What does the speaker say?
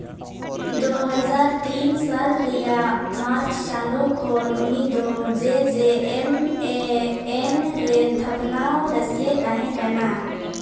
ᱫᱳ ᱦᱟᱡᱟᱨ ᱛᱤᱱ ᱥᱟᱞ ᱨᱮᱭᱟᱜ ᱢᱟᱨᱪ ᱪᱟᱸᱫᱳ ᱠᱷᱚᱱ ᱩᱱᱤ ᱫᱚ ᱡᱮᱹ ᱡᱮᱹ ᱮᱢ ᱮᱹ ᱮᱱ ᱨᱮᱱ ᱛᱷᱟᱯᱚᱱᱟ ᱨᱟᱹᱥᱭᱤᱭᱟᱹ ᱛᱟᱦᱮᱸ ᱠᱟᱱᱟ